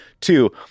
Two